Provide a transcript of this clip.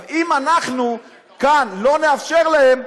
אם אנחנו כאן לא נאפשר להם,